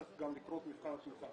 צריך גם לקרות מבחן התמיכה.